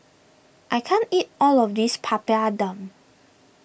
I can't eat all of this Papadum